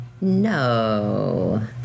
No